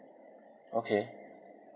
okay